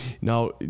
Now